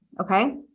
Okay